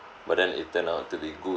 but then it turn out to be good